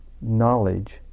knowledge